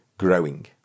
growing